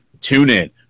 TuneIn